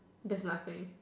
there's nothing